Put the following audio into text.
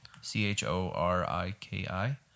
C-H-O-R-I-K-I